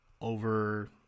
over